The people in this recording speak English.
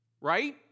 Right